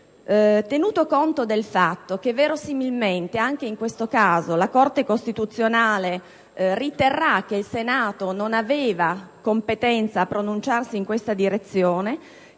tenuto conto del fatto che verosimilmente anche in questo caso la Corte costituzionale riterrà che il Senato non aveva competenza a pronunciarsi in questa direzione,